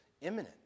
imminent